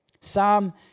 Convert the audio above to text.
Psalm